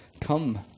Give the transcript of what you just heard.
Come